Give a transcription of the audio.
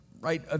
right